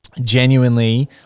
genuinely